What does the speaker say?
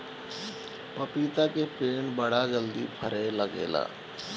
पपीता के पेड़ बड़ा जल्दी फरे लागेला